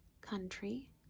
country